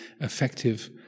effective